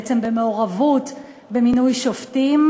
בעצם במעורבות במינוי שופטים.